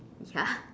ya